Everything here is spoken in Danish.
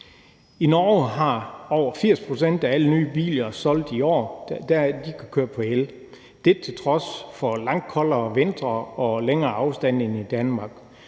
I Norge kan over 80 pct. af alle nye biler solgt i år køre på el; det er til trods for langt koldere vintre og længere afstande end i Danmark.